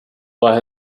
while